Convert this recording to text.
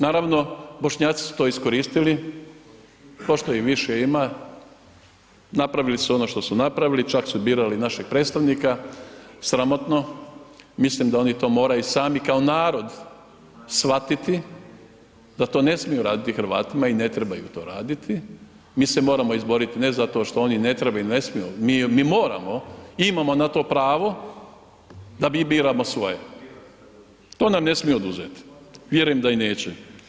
Naravno, Bošnjaci su to iskoristili pošto ih više ima, napravili su ono što su napravili, čak su birali našeg predstavnika, sramotno, mislim da oni to moraju i sami kao narod shvatiti da to ne smiju raditi Hrvatima i ne trebaju to raditi, mi se moramo izboriti, ne zato što oni ne trebaju ili ne smiju, mi moramo i imamo na to pravo da mi biramo svoje, to nam ne smiju oduzet, vjerujem da i neće.